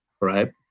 Right